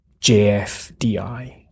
JFDI